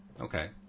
Okay